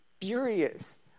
furious